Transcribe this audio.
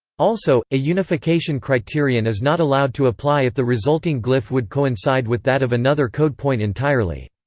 also, a unification criterion is not allowed to apply if the resulting glyph would coincide with that of another code point entirely.